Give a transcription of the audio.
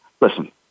listen